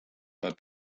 but